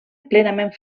plenament